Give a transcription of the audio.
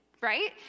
right